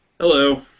Hello